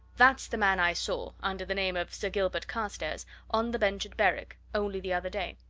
that's the man i saw under the name of sir gilbert carstairs on the bench at berwick only the other day!